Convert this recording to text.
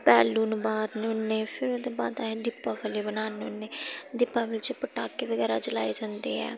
balloon मारने होन्नें फिर ओह्दे बाद अस दिपावली मनान्ने होन्नें दिपावली च पटाके बगैरा चलाए जंदे ऐ